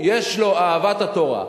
מכיוון שהוא מזרחי, ויש לו אהבת התורה,